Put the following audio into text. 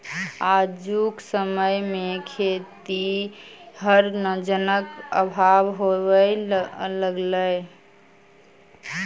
आजुक समय मे खेतीहर जनक अभाव होमय लगलै